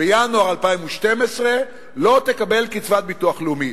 בינואר 2012 לא תקבל קצבת ביטוח לאומי.